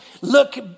look